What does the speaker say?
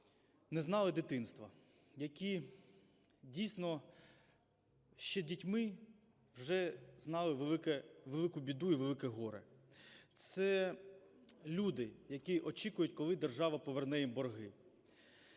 не знали дитинства, які дійсно ще дітьми вже знали велику біду і велике горе. Це люди, які очікують, коли держава поверне їм борги.